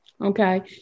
Okay